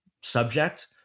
subject